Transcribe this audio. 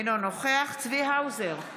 אינו נוכח צבי האוזר,